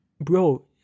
bro